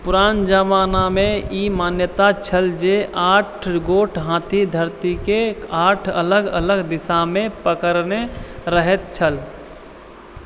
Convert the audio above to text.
पुरान जमानामे ई मान्यता छल जे आठ गोट हाथी धरतीकेँ आठ अलग अलग दिशामे पकड़ने रहैत छल